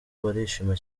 barishima